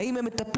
האם הם מטפלים?